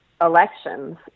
elections